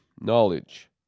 knowledge